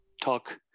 talk